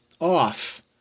off